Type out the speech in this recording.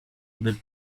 del